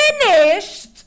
finished